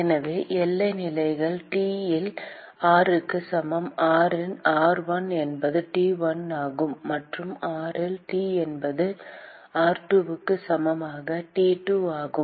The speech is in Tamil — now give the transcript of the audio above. எனவே எல்லை நிலைகள் T இல் r க்கு சமமான r1 என்பது T1 ஆகும் மற்றும் r இல் T என்பது r2 க்கு சமமான T2 ஆகும்